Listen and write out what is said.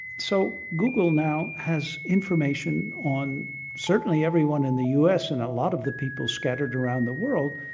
so google now has information on certainly everyone in the us, and a lot of the people scattered around the world,